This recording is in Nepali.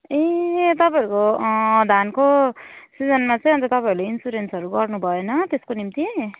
ए तपाईँहरूको धानको सिजनमा चाहिँ अन्त तपाईँहरूले इन्सुरेन्सहरू गर्नु भएन त्यसको निम्ति